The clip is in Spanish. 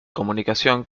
comunicación